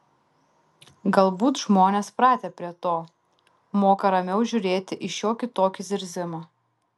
galbūt žmonės pratę prie to moka ramiau žiūrėti į šiokį tokį zirzimą